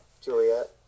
Juliet